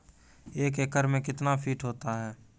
एक एकड मे कितना फीट होता हैं?